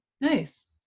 nice